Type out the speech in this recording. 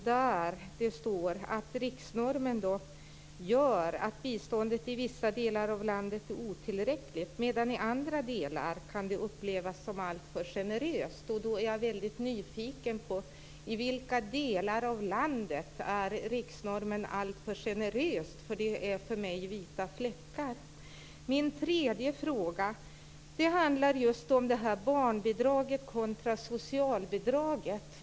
Det står att riksnormen gör att biståndet i vissa delar av landet är otillräckligt medan det i andra delar kan upplevas som alltför generöst. Jag är väldigt nyfiken på i vilka delar av landet som biståndet är alltför generöst. För mig är detta vita fläckar. Min tredje fråga handlar om detta med barnbidraget kontra socialbidraget.